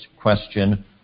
question